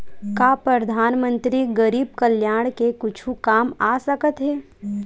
का परधानमंतरी गरीब कल्याण के कुछु काम आ सकत हे